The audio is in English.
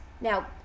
Now